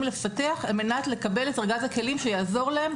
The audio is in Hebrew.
לפתח על מנת לקבל את ארגז הכלים שיעזור להם,